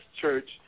church